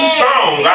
song